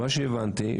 שהבנתי,